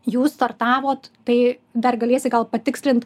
jūs startavot tai dar galėsi gal patikslint